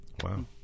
Wow